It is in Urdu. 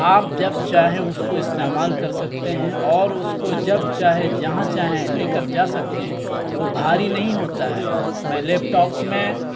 آپ جب چاہیں اس کو استعمال کر سکتے ہیں اور اس کو جب چاہیں جہاں چاہیں لے کر جا سکتے ہیں وہ بھاری نہیں ہوتا ہے میں لیپ ٹاپ میں